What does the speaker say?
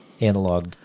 analog